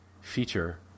feature